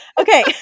okay